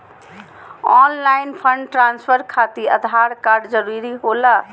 Online fund transfer खातिर Aadhaar card जरूरी होला?